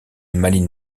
malines